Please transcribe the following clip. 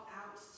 out